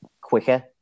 quicker